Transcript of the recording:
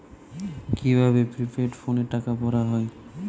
কি ভাবে প্রিপেইড ফোনে টাকা ভরা হয়?